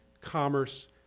commerce